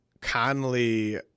conley